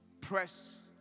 press